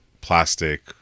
plastic